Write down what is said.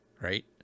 right